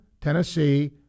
Tennessee